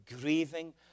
grieving